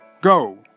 Go